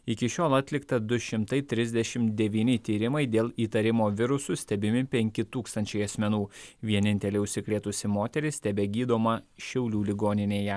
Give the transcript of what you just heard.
iki šiol atlikta du šimtai trisdešimt devyni tyrimai dėl įtarimo virusu stebimi penki tūkstančiai asmenų vienintelė užsikrėtusi moteris tebegydoma šiaulių ligoninėje